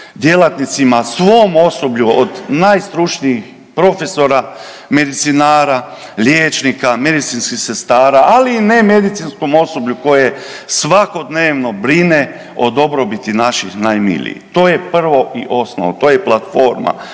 djelatnicima, svom osoblju od najstručnijih profesora medicinara, liječnika, medicinskih sestara, ali i nemedicinskom osoblju koje svakodnevno brine o dobrobiti naših najmilijih. To je prvo i osnovno, to je platforma